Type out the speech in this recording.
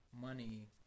money